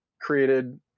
created